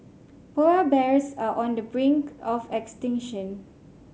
polar bears are on the brink of extinction